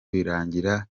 birangira